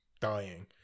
dying